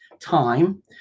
time